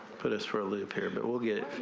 put us for a live here but we'll get it.